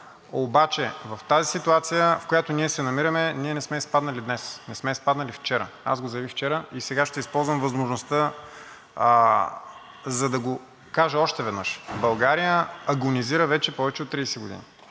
Обаче в тази ситуация, в която ние се намираме, ние не сме изпаднали днес, не сме изпаднали вчера. Аз го заявих вчера и сега ще използвам възможността, за да го кажа още веднъж. България агонизира вече повече от 30 години.